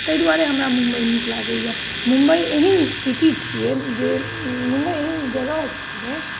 ताहि दुआरे हमरा मुम्बइ नीक लागैया मुम्बइ एहन सिटी छियै जे मुम्बइ एहन जगह छियै